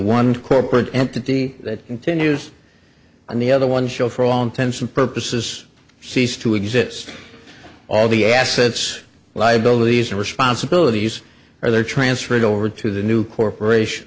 one corporate entity that continues on the other one show for all intents and purposes cease to exist all the assets liabilities and responsibilities are transferred over to the new corporation